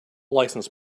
license